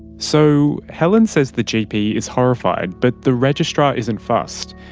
so helen says the gp is horrified, but the registrar isn't fussed.